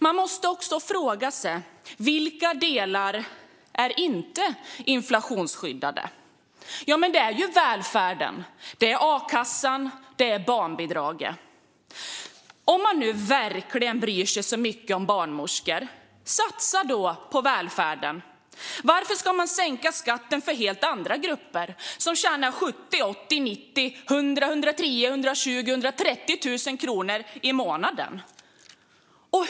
Man måste också fråga sig vilka delar som inte är inflationsskyddade. Ja, det är ju välfärden. Det är a-kassan och barnbidraget. Om man nu verkligen bryr sig så mycket om barnmorskor bör man satsa på välfärden. Varför ska man sänka skatten för grupper som tjänar mellan 70 000 och 130 000 kronor i månaden?